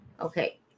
Okay